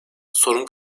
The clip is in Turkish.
sorun